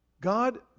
God